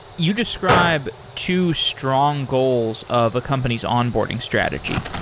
you describe two strong goals of a company's onboarding strategy.